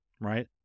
right